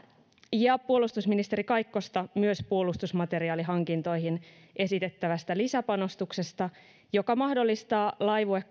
ja puolustusministeri kaikkosta myös puolustusmateriaalihankintoihin esitettävästä lisäpanostuksesta joka mahdollistaa laivue